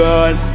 God